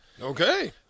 Okay